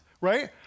right